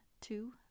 two